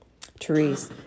Therese